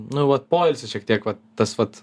nu vat poilsis šiek tiek va tas vat